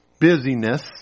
busyness